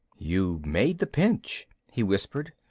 you made the pinch, he whispered.